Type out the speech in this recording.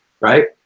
right